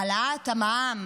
העלאת המע"מ,